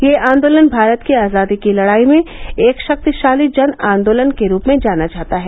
यह आन्दोलन भारत की आजादी की लड़ाई में एक शक्तिशाली जन आन्दोलन के रूप में जाना जाता है